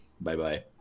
bye-bye